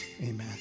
amen